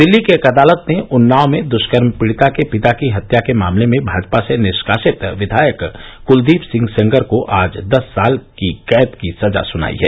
दिल्ली की एक अदालत ने उन्नाव में दुष्कर्म पीडि़ता के पिता की हत्या के मामले में भाजपा से निष्कासित विधायक कुलदीप सिंह सेंगर को आज दस साल की कैद की सजा सुनाई है